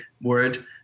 word